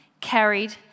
carried